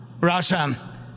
Russia